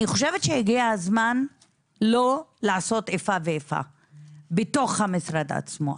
אני חושבת שהגיע הזמן לא לעשות איפה ואיפה בתוך המשרד עצמו.